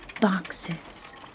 boxes